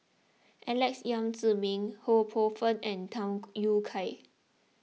Alex Yam Ziming Ho Poh Fun and Tham Yui Kai